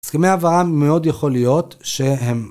הסכמי העברה מאוד יכול להיות שהם...